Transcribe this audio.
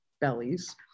bellies